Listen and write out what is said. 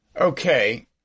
Okay